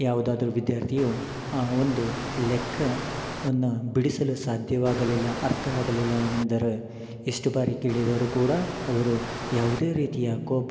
ಯಾವುದಾದರು ವಿದ್ಯಾರ್ಥಿಯು ಒಂದು ಲೆಕ್ಕವನ್ನ ಬಿಡಿಸಲು ಸಾಧ್ಯವಾಗಲಿಲ್ಲ ಅರ್ಥ ಆಗಲಿಲ್ಲ ಎಂದರೆ ಎಷ್ಟು ಬಾರಿ ಕೇಳಿದರು ಕೂಡ ಅವರು ಯಾವುದೇ ರೀತಿಯ ಕೋಪ